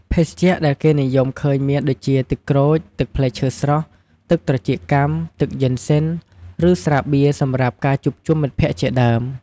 ភេសជ្ជៈដែលគេនិយមឃើញមានដូចជា ទឹកក្រូច ទឹកផ្លែឈើស្រស់ ទឹកត្រចៀកចាំ ទឹកយិនសុិន ឬ ស្រាបៀរសម្រាប់ការជួបជុំមិត្តភក្ដិជាដើម។